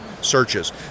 searches